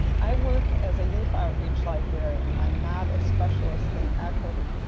i work as a youth outreach librarian. i'm not a specialist in equity,